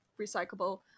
recyclable